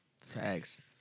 Facts